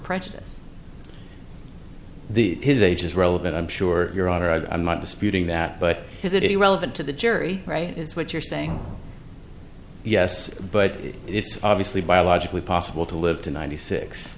prejudice the his age is relevant i'm sure your honor i'm not disputing that but his it is irrelevant to the jury right is what you're saying yes but it's obviously biologically possible to live to ninety six